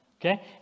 Okay